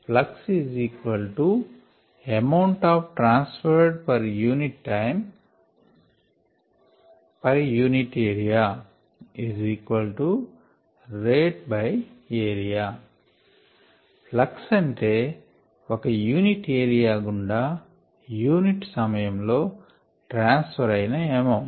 flux amount transferred per unit time per unit area rate area flux అంటే ఒక unit area గుండా unit సమయం లో ట్రాన్సఫర్ అయిన ఎమౌంట్